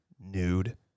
nude